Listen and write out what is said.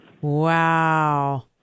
Wow